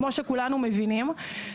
כמו שכולנו מבינים.